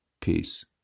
peace